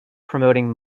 promoting